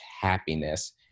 happiness